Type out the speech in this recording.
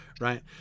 Right